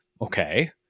Okay